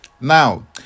Now